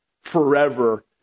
forever